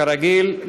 כרגיל,